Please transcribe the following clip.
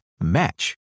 match